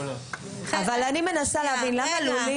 אני מנסה להבין למה לולים